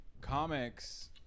Comics